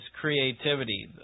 creativity